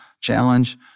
challenge